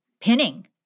pinning